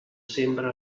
sembra